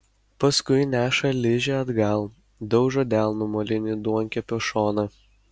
paskui neša ližę atgal daužo delnu molinį duonkepio šoną